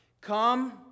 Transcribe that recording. Come